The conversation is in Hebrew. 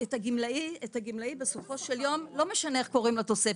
לגמלאי בסופו של יום לא משנה איך קוראים לתוספת.